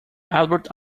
albert